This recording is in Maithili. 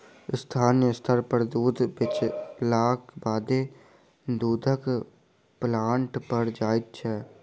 स्थानीय स्तर पर दूध बेचलाक बादे दूधक प्लांट पर जाइत छै